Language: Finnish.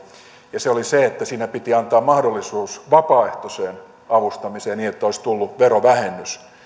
ja se oli se että siinä piti antaa mahdollisuus vapaaehtoiseen avustamiseen niin että olisi tullut verovähennys